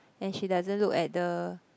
and she doesn't look at the